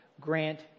grant